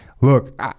Look